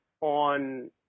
on